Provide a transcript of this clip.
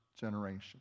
generation